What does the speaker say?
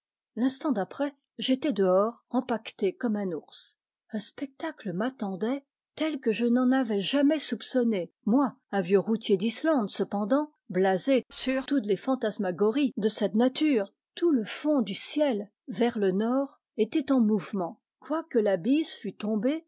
l'instant d'après j'étais dehors empaqueté comme un ours un spectacle m'attendait tel que je n'en avais jamais soupçonné moi un vieux routier d'islande cependant blasé sur toutes les fantasmagories de cette nature tout le fond du ciel vers le nord était en mouvement quoique la bise fût tombée